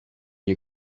you